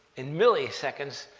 in milliseconds,